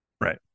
Right